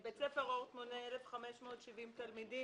בית ספר אורט מונה 1,570 תלמידים